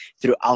throughout